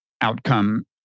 outcome